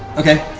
okay.